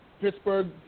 Pittsburgh